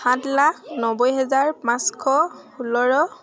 সাত লাখ নব্বৈ হেজাৰ পাঁচশ ষোল্ল